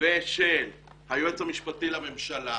ושל היועץ המשפטי לממשלה,